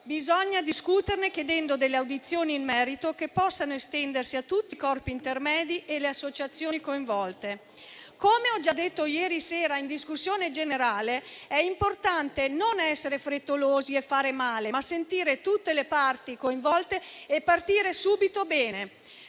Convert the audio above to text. Bisogna discuterne chiedendo delle audizioni in merito che possano estendersi a tutti i corpi intermedi e alle associazioni coinvolte. Come ho già detto ieri sera in discussione generale, è importante non essere frettolosi finendo per fare male, ma sentire tutte le parti coinvolte e partire subito bene.